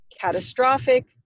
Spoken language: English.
catastrophic